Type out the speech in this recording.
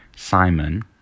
simon